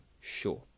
sure